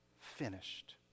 finished